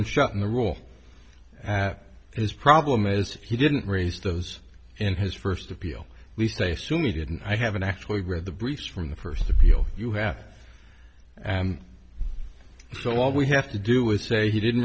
and shut and the rule at his problem is he didn't raise those in his first appeal at least they assume he didn't i haven't actually read the briefs from the first appeal you have so all we have to do with say he didn't